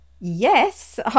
yes